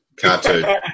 Cartoon